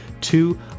two